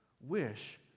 wish